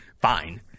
Fine